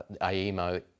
AEMO